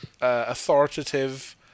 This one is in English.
authoritative